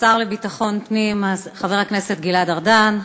השר לביטחון הפנים חבר הכנסת גלעד ארדן,